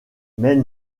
mais